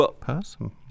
person